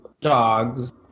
Dog's